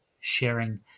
sharing